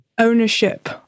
ownership